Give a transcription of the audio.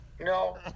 No